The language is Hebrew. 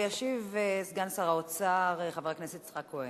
ישיב סגן שר האוצר חבר הכנסת יצחק כהן.